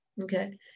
Okay